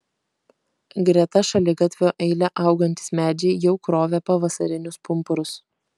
greta šaligatvio eile augantys medžiai jau krovė pavasarinius pumpurus